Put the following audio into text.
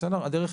בסדר?